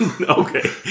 Okay